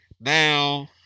Now